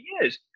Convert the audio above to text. years